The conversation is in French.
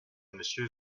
monsieur